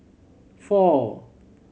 four